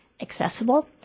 accessible